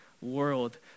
world